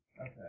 Okay